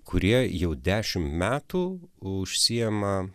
kurie jau dešim metų užsiema